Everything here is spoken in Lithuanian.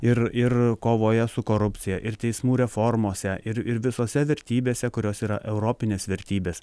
ir ir kovoje su korupcija ir teismų reformose ir ir visose vertybėse kurios yra europinės vertybės